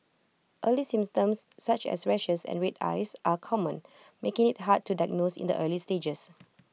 early symptoms such as rashes and red eyes are common making IT hard to diagnose in the early stages